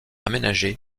aménagés